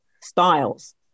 styles